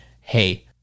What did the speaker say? hey